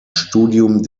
studium